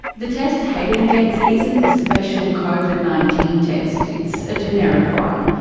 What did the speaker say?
the test hayden gets isn't the special covid nineteen test. it's a generic one.